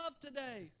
today